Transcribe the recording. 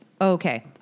Okay